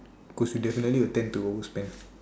cause you will definitely tend to overspend